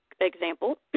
example